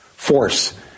Force